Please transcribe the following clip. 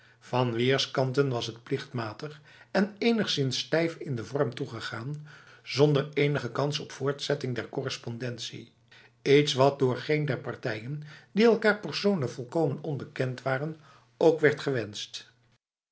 van weerskanten was het plichtmatig en enigszins stijf in de vorm toegegaan zonder enige kans op voortzetting der correspondentie iets wat door geen der partijen die elkaar persoonlijk volkomen onbekend waren ook werd gewenst